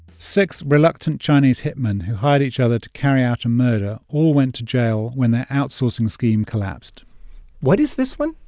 six reluctant chinese hitmen who hired each other to carry out a murder all went to jail when their outsourcing scheme collapsed what is this one?